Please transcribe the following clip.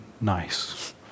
nice